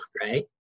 right